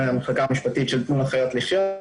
אני מהמחלקה המשפטית של תנו לחיות לחיות.